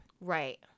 right